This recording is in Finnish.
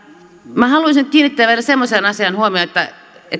minä haluaisin nyt kiinnittää vielä huomiota semmoiseen asiaan kun